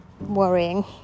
worrying